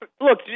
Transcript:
look